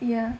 ya